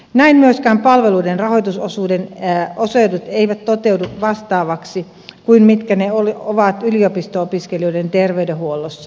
näin myöskään palveluiden rahoitusosuudet eivät toteudu vastaavaksi kuin mitkä ne ovat yliopisto opiskelijoiden terveydenhuollossa